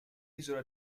isola